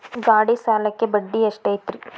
ಗಾಡಿ ಸಾಲಕ್ಕ ಬಡ್ಡಿ ಎಷ್ಟೈತ್ರಿ?